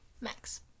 Max